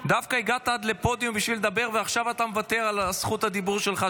דווקא הגעת עד לפודיום בשביל לדבר ועכשיו אתה מוותר על זכות הדיבור שלך,